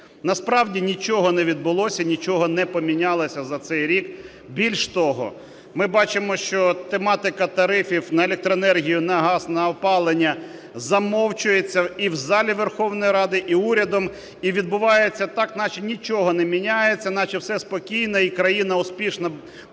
Насправді нічого не відбулося, нічого не помінялося за цей рік. Більше того, ми бачимо, що тематика тарифів на електроенергію, на газ, на опалення замовчується і в залі Верховної Ради, і урядом, і відбувається так, наче нічого не міняється, наче все спокійно і країна успішно